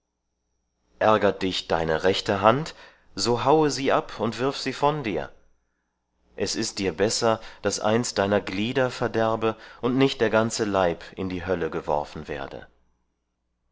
ärgert dich deine rechte hand so haue sie ab und wirf sie von dir es ist dir besser daß eins deiner glieder verderbe und nicht der ganze leib in die hölle geworfen werde